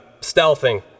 stealthing